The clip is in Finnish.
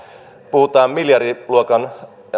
puhutaan miljardiluokan